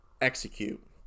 execute